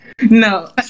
No